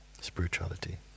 spirituality